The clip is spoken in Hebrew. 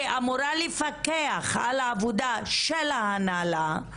שאמורה לפקח על העבודה של ההנהלה.